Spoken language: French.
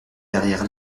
derrière